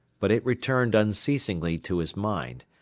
but it returned unceasingly to his mind,